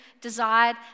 desired